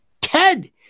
Ted